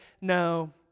no